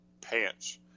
pants